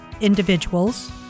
individuals